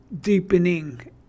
deepening